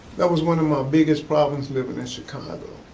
that was one of my biggest problems living in chicago.